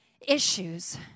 issues